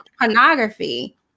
pornography